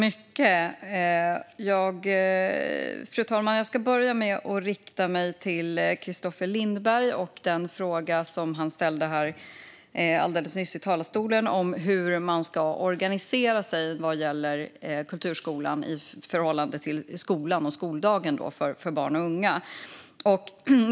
Fru talman! Jag ska börja med den fråga Kristoffer Lindberg ställde alldeles nyss i talarstolen om hur man ska organisera sig vad gäller kulturskolan i förhållande till skolan och skoldagen för barn och unga.